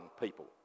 people